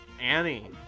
Annie